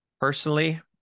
Personally